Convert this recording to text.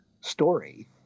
story